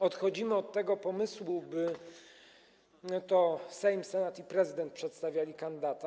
Odchodzimy od tego pomysłu, by to Sejm, Senat i prezydent przedstawiali kandydata.